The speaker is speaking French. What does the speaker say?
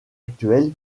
actuel